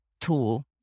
tool